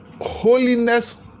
holiness